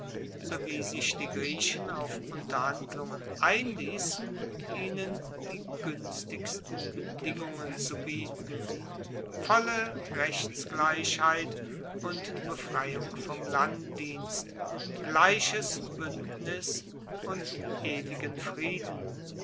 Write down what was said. sowie sich die griechen auf unterhandlungen einliessen ihnen die guenstigsten bedingungen zu bieten volle rechtsgleichheit und befreiung vom landdienst gleiches buendnis und ewigen frieden